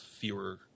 fewer